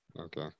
okay